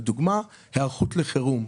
לדוגמה היערכות לחירום.